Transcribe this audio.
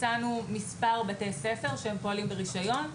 מצאנו מספר בתי ספר שפועלים ברישיון,